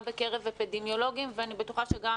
גם בקרב אפידמיולוגים ואני בטוחה שגם